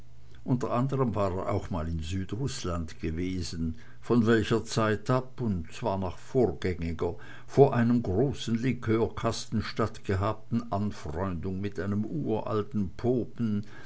unter anderm war er auch mal in südrußland gewesen von welcher zeit ab und zwar nach vorgängiger vor einem großen liqueurkasten stattgehabten anfreundung mit einem uralten popen